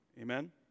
Amen